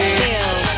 feel